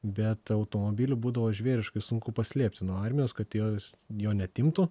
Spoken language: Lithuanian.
bet automobilį būdavo žvėriškai sunku paslėpti nuo armijos kad jos jo neatimtų